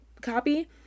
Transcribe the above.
copy